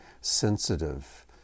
sensitive